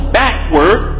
backward